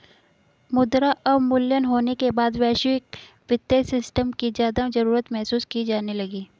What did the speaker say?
मुद्रा अवमूल्यन होने के बाद वैश्विक वित्तीय सिस्टम की ज्यादा जरूरत महसूस की जाने लगी